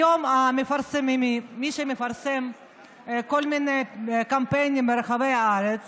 היום מי שמפרסם כל מיני קמפיינים ברחבי הארץ